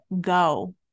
go